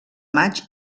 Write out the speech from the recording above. maig